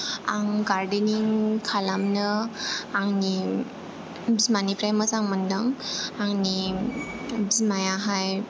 आं गार्देनिं खालामनो आंनि बिमानिफ्राय मोजां मोनदों आंनि बिमायाहाय